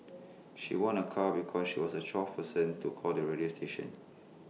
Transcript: she won A car because she was the twelfth person to call the radio station